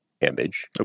image